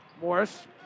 Morris